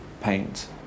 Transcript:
paint